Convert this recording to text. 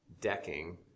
decking